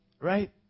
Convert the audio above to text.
Right